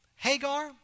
Hagar